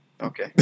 Okay